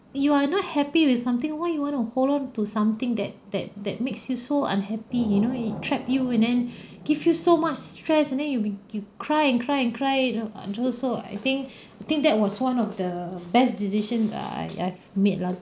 you are not happy with something why you want to hold on to something that that that makes you so unhappy you know it trap you and then give you so much stress and then you will be you cry and cry and cry you know and also I think I think that was one of the best decision I I I've made lah